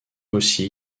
aussi